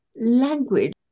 language